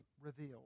revealed